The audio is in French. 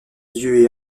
dieu